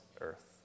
earth